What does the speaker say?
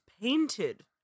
painted